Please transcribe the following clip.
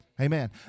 Amen